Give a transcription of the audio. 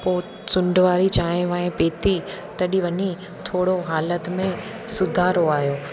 पोइ सुंढि वारी चांहि वांय पिती तॾी वञी थोरो हालति में सुधारो आहियो